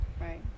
Right